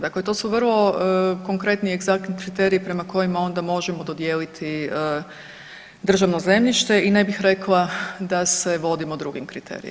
Dakle, to su vrlo konkretni i egzaktni kriteriji prema kojima onda možemo dodijeliti državno zemljište i ne bih rekla da se vodimo drugim kriterijima.